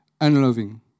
unloving